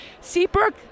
Seabrook